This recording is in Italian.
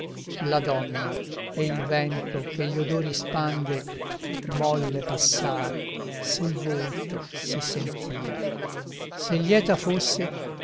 la donna e il vento che gli odori spande molle passar sul volto si sentia se lieta fosse